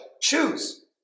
choose